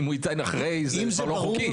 אם הוא יינתן אחרי זה כבר לא חוקי.